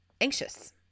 anxious